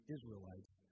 Israelites